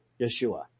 Yeshua